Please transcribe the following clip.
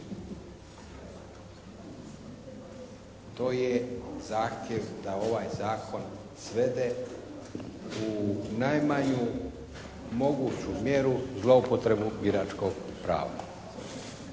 To je zahtjev da ovaj zakon svede u najmanju moguću mjeru zloupotrebu biračkog prava.